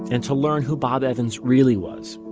and to learn who bob evans really was,